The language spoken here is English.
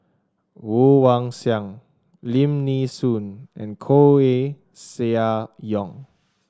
Woon Wah Siang Lim Nee Soon and Koeh Sia Yong